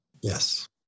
Yes